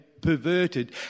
perverted